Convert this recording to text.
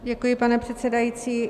Děkuji, pane předsedající.